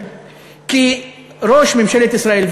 כי ראש ממשלת ישראל,